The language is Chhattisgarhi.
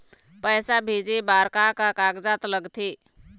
पैसा भेजे बार का का कागजात लगथे?